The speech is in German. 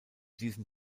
diesem